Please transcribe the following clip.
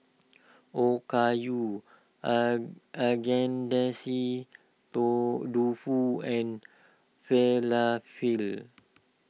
Okayu Agedashi Dofu and Falafel